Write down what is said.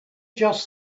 just